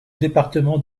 département